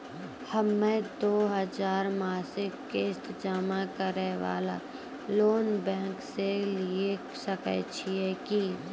हम्मय दो हजार मासिक किस्त जमा करे वाला लोन बैंक से लिये सकय छियै की?